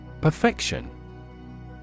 Perfection